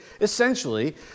essentially